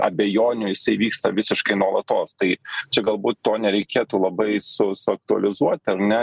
abejonių jisai vyksta visiškai nuolatos tai čia galbūt to nereikėtų labai su suaktualizuoti ar ne